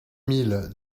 mille